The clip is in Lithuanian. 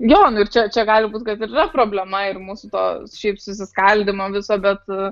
jo ir čia čia gali būt kad ir yra problema ir mūsų to šiaip susiskaldymo viso bet